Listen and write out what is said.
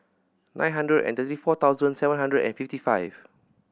nine three four seven five five